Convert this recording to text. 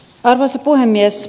arvoisa puhemies